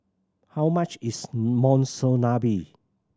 how much is Monsunabe